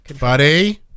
Buddy